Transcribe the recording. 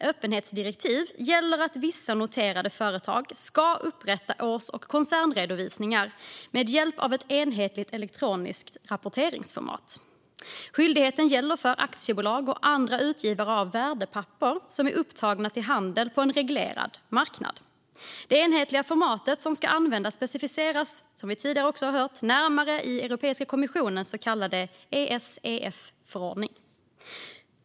öppenhetsdirektiv gäller att vissa noterade företag ska upprätta års och koncernredovisningar med hjälp av ett enhetligt elektroniskt rapporteringsformat. Skyldigheten gäller för aktiebolag och andra utgivare av värdepapper som är upptagna till handel på en reglerad marknad. Det enhetliga format som ska användas specificeras, som vi har hört tidigare, närmare i Europeiska kommissionens så kallade Esef-förordning.